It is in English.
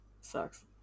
sucks